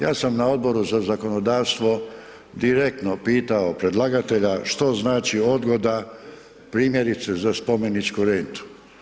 Ja sam na odboru za zakonodavstvo direktno pitao predlagatelja što znači odgoda primjerice za spomeničku rentu.